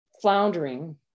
floundering